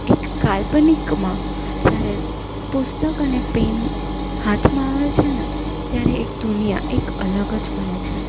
એક કાલ્પનિકમાં જ્યારે પુસ્તક અને પેન હાથમાં આવે છેને ત્યારે એક દુનિયા એક અલગ જ બને છે